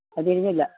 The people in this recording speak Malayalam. അത് തിന്നില്ല